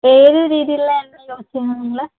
ഏത് രീതിയിലുള്ള എണ്ണയാ യുസ് ചെയ്യുന്നത് നിങ്ങള്